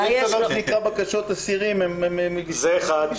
יש דבר שנקרא בקשות אסירים --- זה אחד.